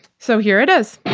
so here it is.